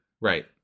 Right